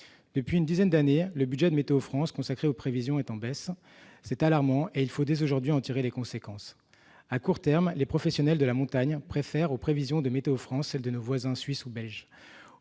Depuis une dizaine d'années, le budget de Météo France consacré aux prévisions est en baisse : c'est alarmant, et il faut dès aujourd'hui en tirer les conséquences. À court terme, les professionnels de la montagne préfèrent aux prévisions de Météo France celles de nos voisins suisses ou belges.